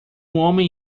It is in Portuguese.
homem